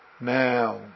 now